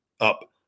up